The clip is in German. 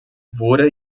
wurde